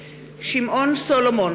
שמעון סולומון,